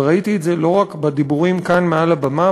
וראיתי את זה לא רק בדיבורים כאן מעל לבמה,